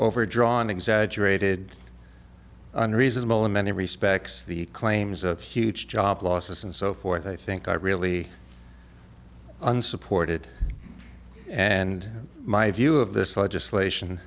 overdrawn exaggerated unreasonable in many respects the claims of huge job losses and so forth i think are really unsupported and my view of this legislation